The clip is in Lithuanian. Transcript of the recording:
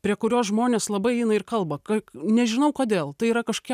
prie kurios žmonės labai eina ir kalba ka nežinau kodėl tai yra kažkokia